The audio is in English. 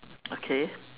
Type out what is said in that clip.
okay